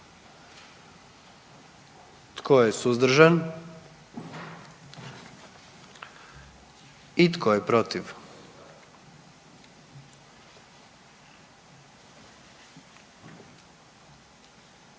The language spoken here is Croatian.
Tko je suzdržan? I tko je protiv?